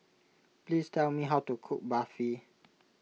please tell me how to cook Barfi